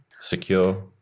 secure